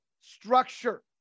structure